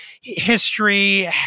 history